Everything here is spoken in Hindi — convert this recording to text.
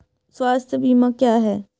स्वास्थ्य बीमा क्या है?